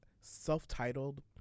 self-titled